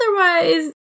Otherwise